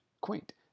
quaint